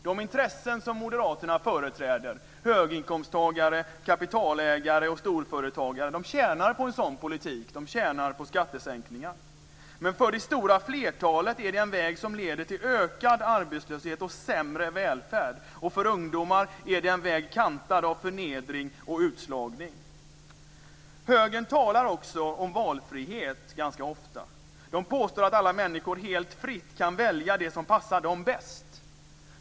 De intressen som moderaterna företräder - höginkomsttagare, kapitalägare och storföretagare - tjänar på en sådan politik. De tjänar på skattesänkningar. Men för det stora flertalet är det en väg som leder till ökad arbetslöshet och sämre välfärd. Och för ungdomar är det en väg kantad av förnedring och utslagning. Högern talar också ganska ofta om valfrihet. De påstår att alla människor helt fritt kan välja det som passar dem bäst.